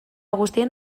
guztien